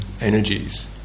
energies